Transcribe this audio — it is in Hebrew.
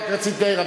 רק רציתי להעיר,